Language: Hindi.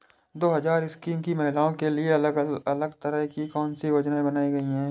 दो हजार इक्कीस में महिलाओं के लिए अलग तरह की कौन सी योजना बनाई गई है?